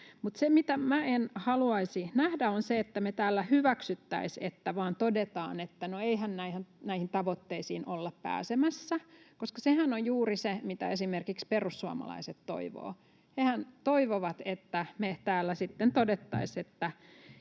mitä minä en haluaisi nähdä, on se, että me täällä hyväksyttäisiin, että vain todetaan, että no eihän näihin tavoitteisiin olla pääsemässä, koska sehän on juuri se, mitä esimerkiksi perussuomalaiset toivovat. Hehän toivovat, että me täällä sitten todettaisiin,